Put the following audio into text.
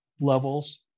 levels